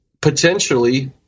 potentially